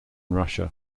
russia